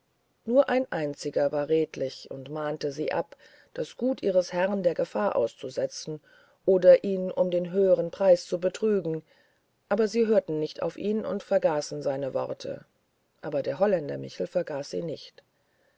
nur ein einziger war redlich und mahnte sie ab das gut ihres herrn der gefahr auszusetzen oder ihn um den höheren preis zu betrügen aber sie hörten nicht auf ihn und vergaßen seine worte aber der holländer michel vergaß sie nicht